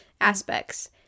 aspects